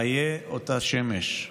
/ איה אותה שמש?